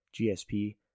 GSP